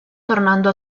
tornando